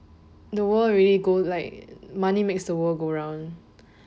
the world really go like money makes the world go round